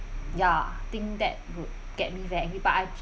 ya I think that would get me very angry but I